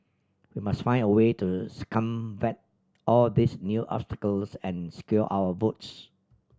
we must find a way to circumvent all these new obstacles and secure our votes